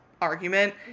argument